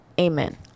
Amen